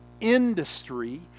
industry